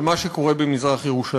על מה שקורה במזרח-ירושלים.